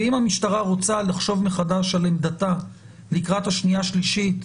ואם המשטרה רוצה לחשוב מחדש על עמדתה לקראת הקריאה השנייה והשלישית,